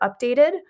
updated